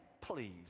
please